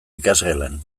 ikasgelan